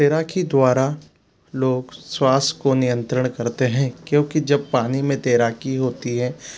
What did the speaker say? तैराकी द्वारा लोग श्वास को नियंत्रण करते हैं क्योंकि जब पानी में तैराकी होती है